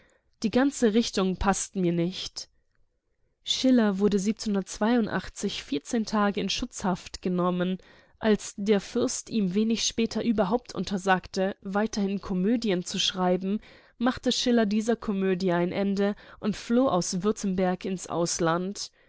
die ganze richtung paßt mir nicht schiller wurde sie vierzehn tage in schutzhaft genommen als der fürst ihm wenig später überhaupt untersagte weiterhin komödie zu schreiben machte schiller dieser komödie ein ende und floh aus württemberg ins ausland